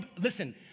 Listen